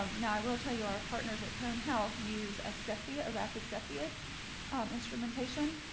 um now, i will tell you our partners at cone health use a steffi ah rapid cepheus instrumentation,